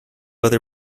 other